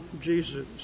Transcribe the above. Jesus